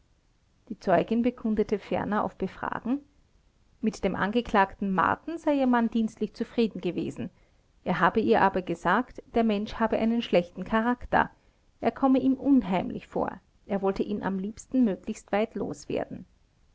die zeugin bekundete ferner auf befragen mit dem angeklagten marten sei ihr mann dienstlich zufrieden gewesen er habe ihr aber gesagt der mensch habe einen schlechten charakter er komme ihm unheimlich vor er wollte ihn am liebsten möglichst weit